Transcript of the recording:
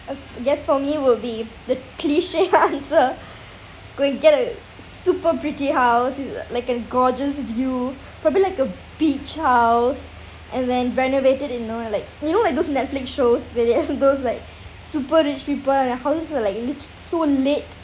uh I guess for me will be the cliché answer go and get a super pretty house you know like a gorgeous view probably like a beach house and then renovate it you know like you know like those Netflix shows where they have those like super rich people and their house are like rich so late